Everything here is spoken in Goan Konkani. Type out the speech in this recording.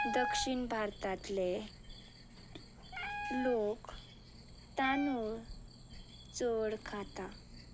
दक्षिण भारतांतले लोक तांदूळ चड खाता